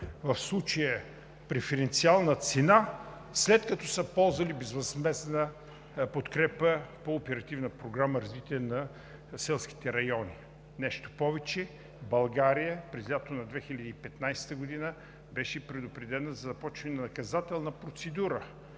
в случая преференциална цена, след като са ползвали безвъзмездна подкрепа по Оперативна програма „Развитие на селските райони“. Нещо повече, България през лятото на 2015 г. беше предупредена за започване на наказателна процедура,